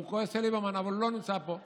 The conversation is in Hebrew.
הוא כועס על ליברמן, אבל הוא לא נמצא פה.